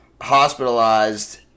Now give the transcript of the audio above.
hospitalized